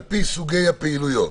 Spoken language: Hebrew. על פי סוגי הפעילויות".